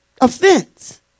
Offense